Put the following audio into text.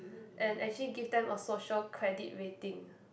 and actually give them a social credit rating